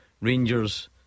Rangers